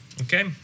Okay